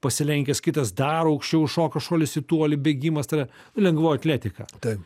pasilenkęs kitas dar aukščiau šoko šuolis į tolį bėgimas tada lengvoji atletika